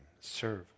Serve